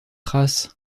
race